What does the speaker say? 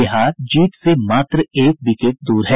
बिहार जीत से मात्र एक विकेट दूर है